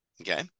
Okay